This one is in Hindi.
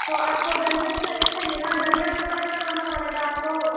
तो आपको डलिया साइज़ चाहिए ना डलिया में पैक करवाना पड़ेगा आपको